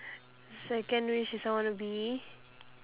second wish is I wanna be